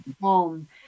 home